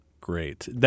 great